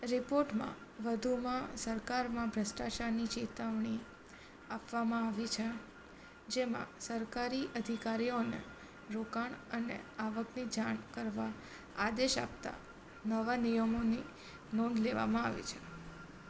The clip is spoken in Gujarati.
રિપોર્ટમાં વધુમાં સરકારમાં ભ્રષ્ટાચારની ચેતવણી આપવામાં આવી છે જેમાં સરકારી અધિકારીઓને રોકાણ અને આવકની જાણ કરવા આદેશ આપતા નવા નિયમોની નોંધ લેવામાં આવી છે